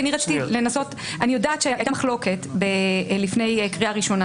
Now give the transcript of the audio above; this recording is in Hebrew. אני יודעת שהייתה מחלוקת לפני הקריאה הראשונה,